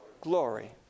glory